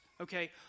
okay